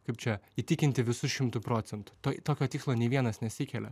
kaip čia įtikinti visu šimtu procentų to tokio tikslo nei vienas nesikelia